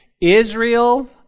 Israel